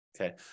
Okay